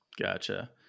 Gotcha